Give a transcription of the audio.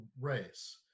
race